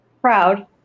Proud